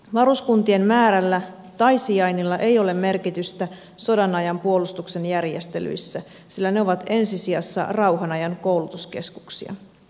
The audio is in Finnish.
varuskuntien määrällä tai sijainnilla ei ole merkitystä sodan ajan puolustuksen järjestelyissä sillä ne ovat ensi sijassa rauhan ajan koulutuskeskuksia